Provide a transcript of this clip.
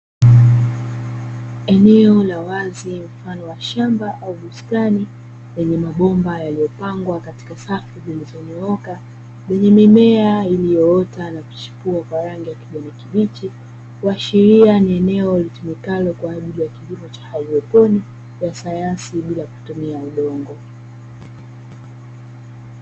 Eneo la wazi mfano wa shamba au bustani, yenye mabomba yaliyopangwa katika safu zilizonyoroka, yenye mimea iliyoota na kuchipu kwa rangi ya kijani kibichi, kuashiria ni eneo lilitumikalo kwa ajili ya kilimo cha haidroponi ya sayansi bila kutumia udongo.